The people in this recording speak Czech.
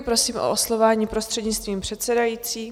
Prosím o oslovování prostřednictvím předsedající.